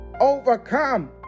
overcome